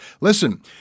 Listen